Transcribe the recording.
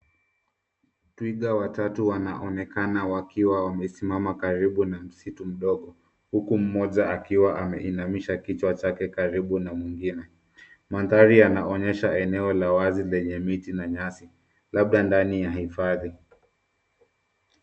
Twiga watatu wanaonekana wakiwa wamesimama karibu na msitu mdogo huku mmoja akiwa ameinamisha kichwa chake karibu na mwingine. Mandhari yanaonyesha eneo la wazi lenye miti na nyasi labda ndani ya hifadhi.